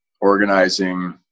organizing